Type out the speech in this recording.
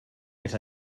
més